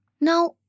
Now